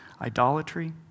idolatry